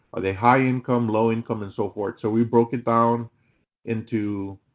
are they high income, low income, and so forth? so we broke it down into,